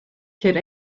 ceir